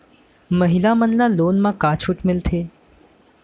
महिला मन ला लोन मा का छूट मिलथे?